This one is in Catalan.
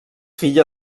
filla